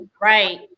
right